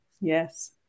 Yes